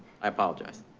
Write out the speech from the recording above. i apologize.